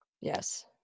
Yes